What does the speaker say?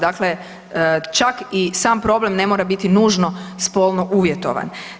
Dakle, čak i sam problem ne mora biti nužno spolno uvjetovan.